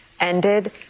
ended